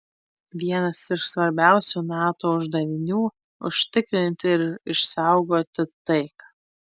vienas iš svarbiausių nato uždavinių užtikrinti ir išsaugoti taiką